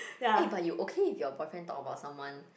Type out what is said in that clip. eh but you okay if your boyfriend talk about someone